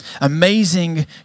Amazing